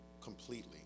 completely